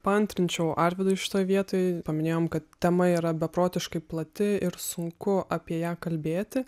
paantrinčiau arvydui šitoj vietoj paminėjom kad tema yra beprotiškai plati ir sunku apie ją kalbėti